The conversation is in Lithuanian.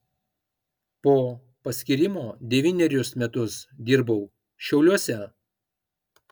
po paskyrimo devynerius metus dirbau šiauliuose